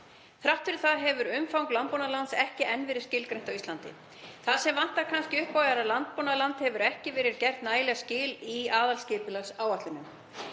Þrátt fyrir það hefur umfang landbúnaðarlands ekki enn verið skilgreint á Íslandi. Það sem vantar kannski upp á er að landbúnaðarlandi hefur ekki verið gerð nægileg skil í aðalskipulagsáætlunum.